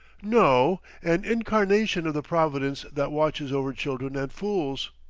no an incarnation of the providence that watches over children and fools.